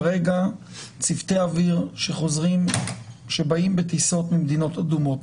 כרגע צוותי אוויר שבאים בטיסות ממדינות אדומות,